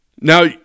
Now